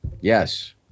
Yes